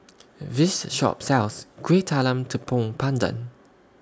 This Shop sells Kuih Talam Tepong Pandan